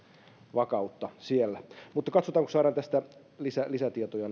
vakautta siellä mutta katsotaan kun saadaan tästä lisätietoja